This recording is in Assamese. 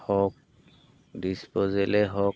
হওক ডিছপজেলেই হওক